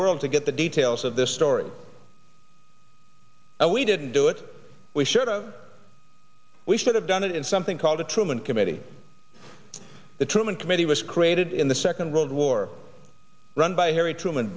world to get the details of this story and we didn't do it we should we should have done it in something called the truman committee the truman committee was created in the second world war run by harry truman